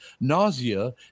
nausea